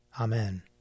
Amen